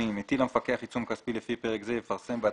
80.פרסום הטיל המפקח עיצום כספי לפי פרק זה,